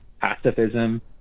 pacifism